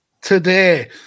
today